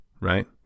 Right